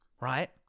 right